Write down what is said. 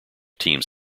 teams